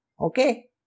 Okay